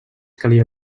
calia